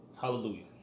Hallelujah